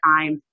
time